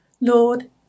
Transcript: Lord